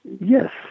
Yes